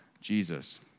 Jesus